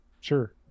sure